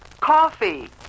Coffee